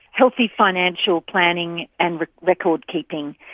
healthy financial planning and record keeping,